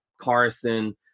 Carson